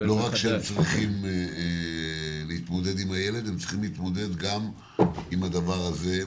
הם צריכים להתמודד גם עם הדבר הזה.